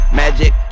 magic